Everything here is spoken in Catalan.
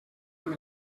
amb